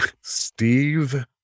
Steve